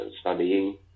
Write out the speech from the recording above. studying